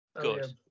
Good